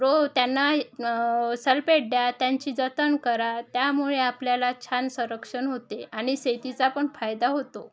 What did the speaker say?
row त्यांना sulphate द्या त्यांची जतन करा त्यामुळे आपल्याला छान संरक्षण होते आणि शेतीचा पण फायदा होतो